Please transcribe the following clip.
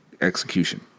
execution